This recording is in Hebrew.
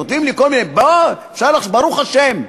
כותבים לי כל מיני אפשר לחשוב, ברוך השם,